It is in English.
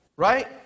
Right